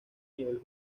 nivel